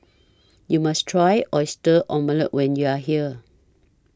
YOU must Try Oyster Omelette when YOU Are here